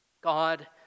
God